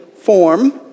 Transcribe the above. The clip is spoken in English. form